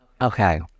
Okay